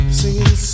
singing